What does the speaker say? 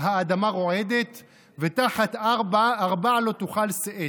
האדמה רועדת, "ותחת ארבע לא תוכל שאת.